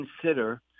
consider